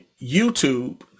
YouTube